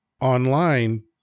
online